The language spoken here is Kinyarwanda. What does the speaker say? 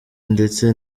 ndetse